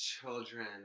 children